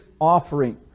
offering